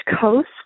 Coast